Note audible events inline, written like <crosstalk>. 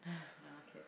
<breath> no okay